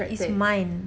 it's mine